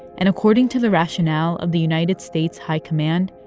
and according to the rationale of the united states high command,